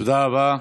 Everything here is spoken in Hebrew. תודה רבה.